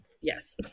Yes